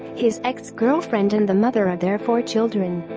his ex-girlfriend and the mother of their four children